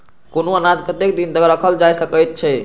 कुनू अनाज कतेक दिन तक रखल जाई सकऐत छै?